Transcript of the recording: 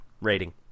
rating